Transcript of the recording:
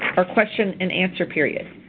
our question and answer period.